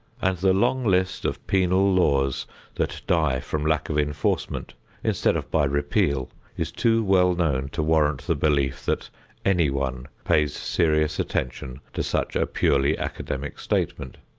and the long list of penal laws that die from lack of enforcement instead of by repeal is too well known to warrant the belief that anyone pays serious attention to such a purely academic statement.